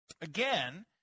Again